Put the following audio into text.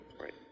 Right